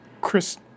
Chris